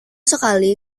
sekali